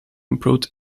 improved